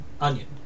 onion